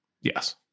Yes